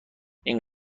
این